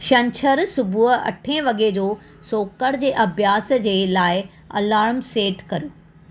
छंछरु सुबुह अठे वॻे जो सोकर जे अभ्यास जे लाइ अलार्म सेट कनि